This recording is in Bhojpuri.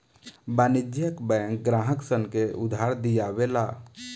वाणिज्यिक बैंक ग्राहक सन के उधार दियावे ला